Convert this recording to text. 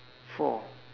four